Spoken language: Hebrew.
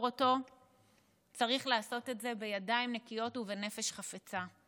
אותו צריך לעשות את זה בידיים נקיות ובנפש חפצה,